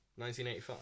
1985